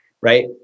right